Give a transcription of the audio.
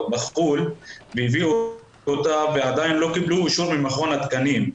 בחו"ל והביאו אותם ועדיין לא קיבלו אישור ממכון התקנים.